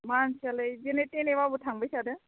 मानसियालाय जेने थेनेबाबो थांबाय थादों